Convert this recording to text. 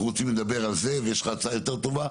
רוצים לדבר על זה ויש לך הצעה יותר טובה,